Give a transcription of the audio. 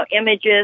images